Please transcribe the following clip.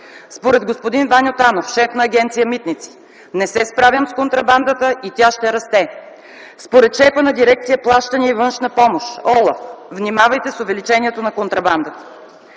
Според господин Ваньо Танов – шеф на агенция „Митници”: „Не се справям с контрабандата и тя ще расте”. Според шефа на дирекция „Плащания и външна помощ” – ОЛАФ: „Внимавайте с увеличението на контрабандата”.